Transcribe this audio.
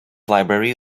library